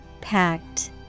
Packed